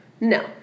No